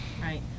Right